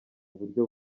buryo